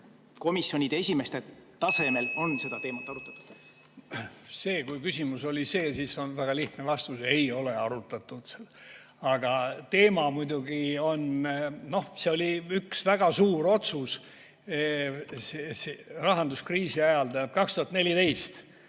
komisjonide esimeeste tasemel on seda teemat arutatud? Kui küsimus oli see, siis vastus on väga lihtne: ei ole arutatud. Aga teema muidugi on – noh, see oli üks väga suur otsus. Rahanduskriisi ajal 2014